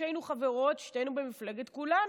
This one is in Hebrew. כששתינו היינו במפלגת כולנו.